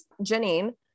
Janine